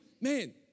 man